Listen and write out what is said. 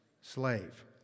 slave